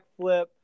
backflip